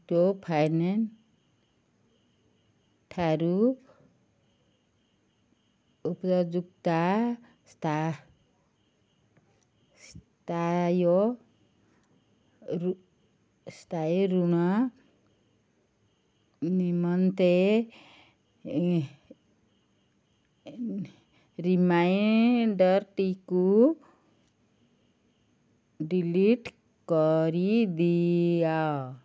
Repco finance ଠାରୁ ଉପଯୁକ୍ତା ସ୍ଥାୟୀ ଋଣ ନିମନ୍ତେ ରିମାଇଣ୍ଡର୍ଟିକୁ ଡିଲିଟ୍ କରିଦିଅ